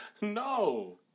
No